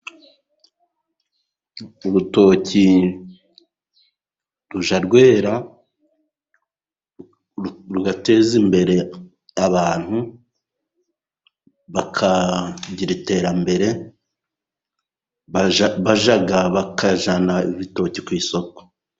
Urutoki rujya rwera rugateza imbere abantu bakagira iterambere, bakajyana ibitoki ku isoko.